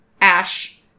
ash